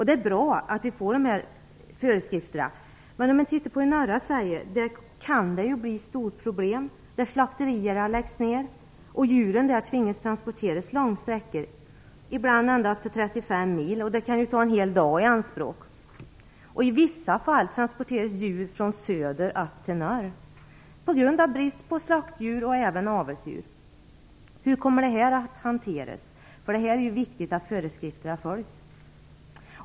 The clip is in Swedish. Det är bra att vi får de här föreskrifterna. Men i norra Sverige kan det ju bli ett stort problem när slakterier läggs ned och man tvingas transportera djuren långa sträckor, ibland upp till 35 mil. Det kan ju ta en hel dag. I vissa fall transporteras djur från söder upp till norr på grund av brist på slaktdjur och även avelsdjur. Hur kommer det att hanteras? Det är viktigt att föreskrifterna följs.